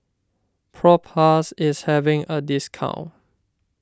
Propass is having a discount